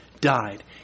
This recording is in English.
died